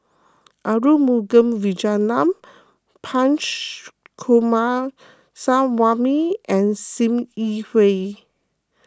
Arumugam Vijiaratnam Punch Coomaraswamy and Sim Yi Hui